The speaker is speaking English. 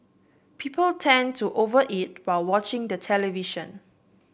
people tend to over eat while watching the television